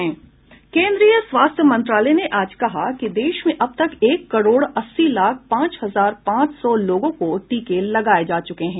केन्द्रीय स्वास्थ्य मंत्रालय ने आज कहा कि देश में अब तक एक करोड अस्सी लाख पांच हजार पांच सौ लोगों को टीके लगाये जा चुके हैं